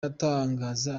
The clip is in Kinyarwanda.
atangaza